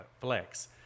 flex